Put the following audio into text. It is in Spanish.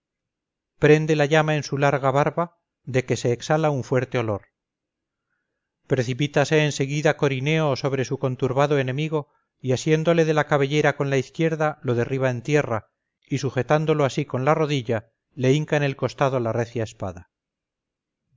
prende la llama en su larga barba de que se exhala un fuerte olor precipítase en seguida corineo sobre su conturbado enemigo y asiéndole de la cabellera con la izquierda lo derriba en tierra y sujetándolo así con la rodilla le hinca en el costado la recia espada